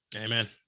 Amen